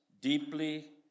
deeply